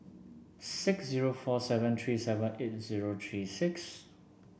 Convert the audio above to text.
six zero four seven three seven eight zero three six